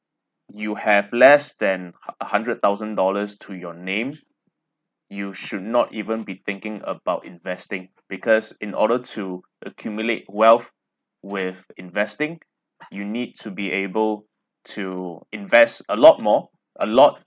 you have less than hu~ hundred thousand dollars to your name you should not even be thinking about investing because in order to accumulate wealth with investing you need to be able to invest a lot more a lot